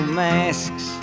masks